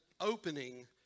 opening